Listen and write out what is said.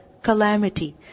Calamity